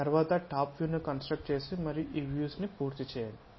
తర్వాత top view ను construct చేసి మరియు ఈ వ్యూస్ ను పూర్తి చేయండి